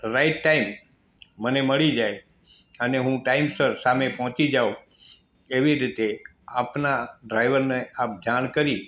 right ટાઈમે મને મળી જાય અને હું ટાઇમસર સામે પહોંચી જાઉં એવી રીતે આપના ડ્રાઈવરને આપ જાણ કરી